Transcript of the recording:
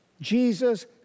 Jesus